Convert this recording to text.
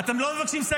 לקבל שטח בלי מלחמה,